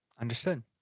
understood